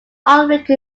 alnwick